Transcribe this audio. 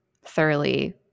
thoroughly